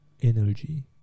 energy